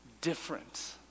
different